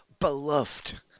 beloved